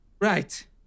Right